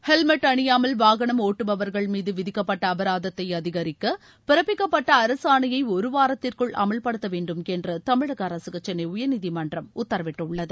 helmet அணியாமல் வாகனம் ஒட்டுபவர்கள் மீது விதிக்கப்பட்ட அபராதத்தை அதிகரிக்க பிறப்பிக்கப்பட்ட அரசாணையை ஒருவாரத்திற்குள் அமல்படுத்த வேண்டுமென்று தமிழக அரசுக்கு சென்னை உயர்நீதிமன்றம் உத்தரவிட்டுள்ளது